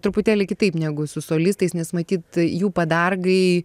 truputėlį kitaip negu su solistais nes matyt jų padargai